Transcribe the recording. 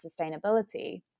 sustainability